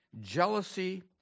jealousy